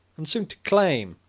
and soon to claim,